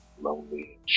lonely